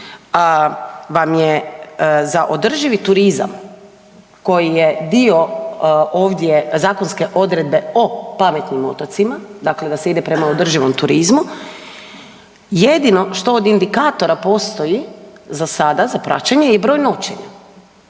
vam za održivi turizam koji je dio ovdje zakonske odredbe o pametnim otocima, dakle da se ide prema održivom turizmu jedino što od indikatori postoji za sada, za praćenje je broj noćenja,